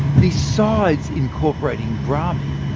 besides incorporating brahmi,